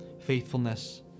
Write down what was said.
faithfulness